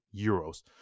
euros